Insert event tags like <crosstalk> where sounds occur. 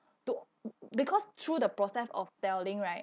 to <noise> because through the process of telling right